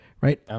right